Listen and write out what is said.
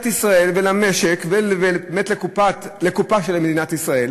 ישראל ולמשק ולקופה של מדינת ישראל.